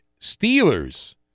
Steelers